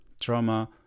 trauma